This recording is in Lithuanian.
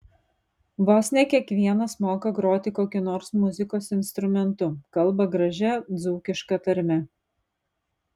vos ne kiekvienas moka groti kokiu nors muzikos instrumentu kalba gražia dzūkiška tarme